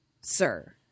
sir